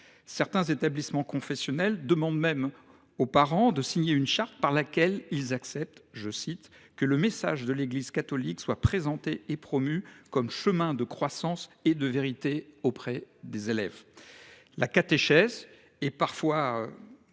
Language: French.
Certains établissements confessionnels demandent même aux parents de signer une charte par laquelle ils acceptent que « le message de l’Église catholique soit présenté et promu comme chemin de croissance et de vérité auprès des élèves ».